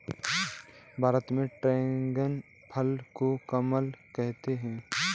भारत में ड्रेगन फल को कमलम कहते है